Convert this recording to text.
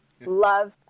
Love